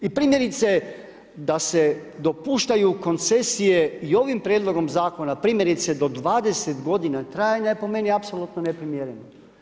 I primjerice da se dopuštaju koncesije i ovim prijedlogom zakona primjerice do 20 godina trajanja je po meni apsolutno neprimjereno.